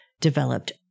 developed